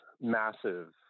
massive